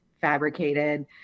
fabricated